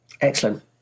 Excellent